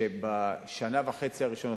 שבשנה וחצי הראשונות,